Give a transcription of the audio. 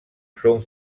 són